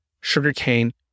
sugarcane